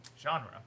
genre